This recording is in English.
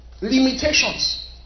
limitations